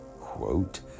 Quote